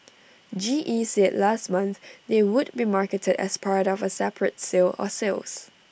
G E said last month they would be marketed as part of A separate sale or sales